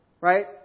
right